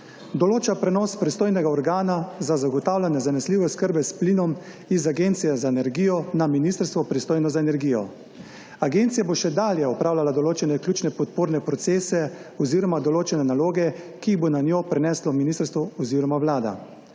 Določa prenos pristojnega organa za zagotavljanje zanesljive oskrbe s plinom z Agencije za energijo na ministrstvo, pristojno za energijo. Agencija bo še dalje opravljala določene ključne podporne procese oziroma določene naloge, ki jih bo na njo preneslo ministrstvo oziroma vlada.